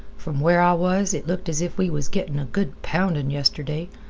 from where i was, it looked as if we was gettin' a good poundin' yestirday.